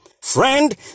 friend